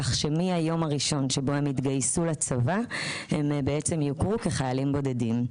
כך שמהיום הראשון שבו הם התגייסו לצבא הם בעצם יוכרו כחיילים בודדים.